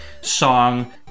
song